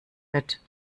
wird